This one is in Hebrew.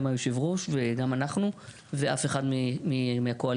גם היושב-ראש וגם אנחנו, ואף אחד מהקואליציה,